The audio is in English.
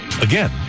again